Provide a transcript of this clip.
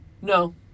No